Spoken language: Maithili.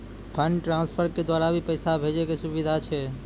फंड ट्रांसफर के द्वारा भी पैसा भेजै के सुविधा छै?